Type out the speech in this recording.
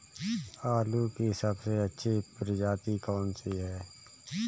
आलू की सबसे अच्छी प्रजाति कौन सी है?